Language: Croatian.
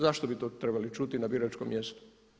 Zašto bi to trebali čuti na biračkom mjestu?